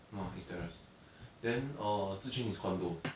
no ah it's terrace then err zi quan is condo